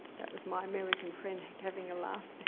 that was my american friend having a laugh,